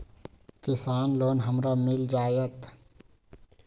किसान लोन हमरा मिल जायत?